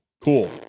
Cool